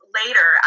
later